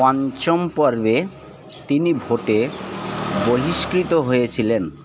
পঞ্চম পর্বে তিনি ভোটে বহিষ্কৃত হয়েছিলেন